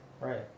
Right